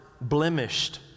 blemished